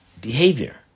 behavior